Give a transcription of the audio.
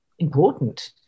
Important